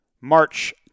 March